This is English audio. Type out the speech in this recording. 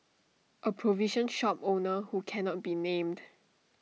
A provision shop owner who cannot be named